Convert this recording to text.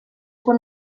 quan